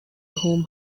whom